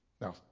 Now